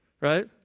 right